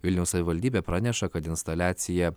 vilniaus savivaldybė praneša kad instaliacija